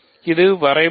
இது வரைபடம்